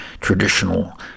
traditional